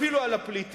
אפילו על הפליטים.